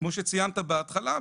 כמו שציינת בהתחלה,